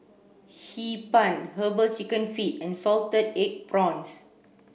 Hee Pan herbal chicken feet and salted egg prawns